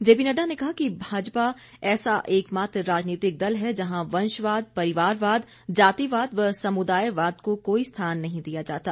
JP Nadda ने कहा कि भाजपा ऐसा एकमात्र राजनीतिक दल है जहां वंशवाद परिवारवाद जातिवाद व समुदाय वाद को कोई स्थान नहीं दिया जाता